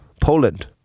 Poland